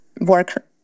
work